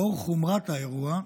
לאור חומרת האירוע,